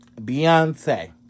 Beyonce